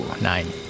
Nine